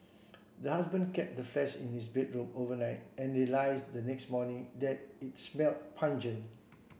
the husband kept the in his bedroom overnight and realize the next morning that it smelt pungent